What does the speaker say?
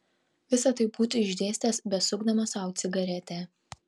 visa tai būtų išdėstęs besukdamas sau cigaretę